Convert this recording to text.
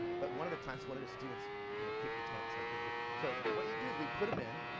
but one of the times, one of the students you know kicked the tank, so i couldn't do it. so what you do is we put em in,